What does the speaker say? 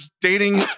dating